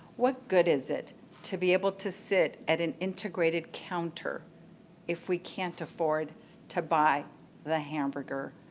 what good is it to be able to sit at an integrated counter if we can't afford to buy the hamburger?